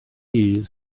hid